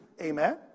Amen